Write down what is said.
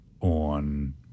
on